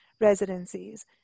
residencies